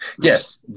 Yes